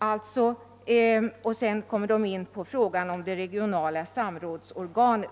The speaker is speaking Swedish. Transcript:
fortsättningen förordar konsumentutredningen regionala samrådsorgan.